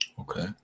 Okay